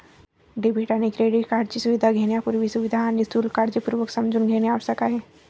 debit आणि credit कार्डची सुविधा घेण्यापूर्वी, सुविधा आणि शुल्क काळजीपूर्वक समजून घेणे आवश्यक आहे